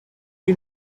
you